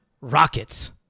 rockets